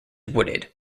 wooded